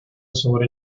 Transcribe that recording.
sobre